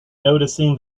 noticing